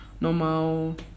normal